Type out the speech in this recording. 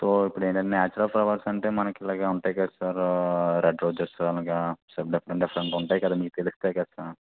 so ఇప్పుడు ఏదైన natural flowers అంటే మనకు ఇలాగ ఉంటాయి కదా సార్ రెడ్ రొసెస్ అలాగ రొసెస్ అలాగ ఉంటాయి కదండి మీకు తెలుస్తాయి కదా సార్